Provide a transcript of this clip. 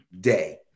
day